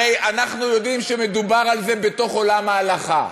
הרי אנחנו יודעים שמדובר על זה בתוך עולם ההלכה.